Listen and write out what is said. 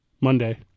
monday